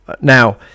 Now